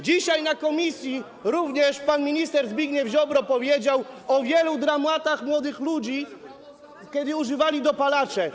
Dzisiaj na posiedzeniu komisji również pan minister Zbigniew Ziobro powiedział o wielu dramatach młodych ludzi, kiedy używali dopalaczy.